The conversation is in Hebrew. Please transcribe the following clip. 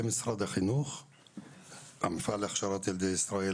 משרד החינוך - המפעל להכשרת ילדי ישראל,